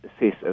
assess